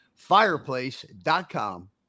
fireplace.com